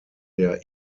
der